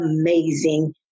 amazing